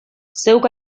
zeuk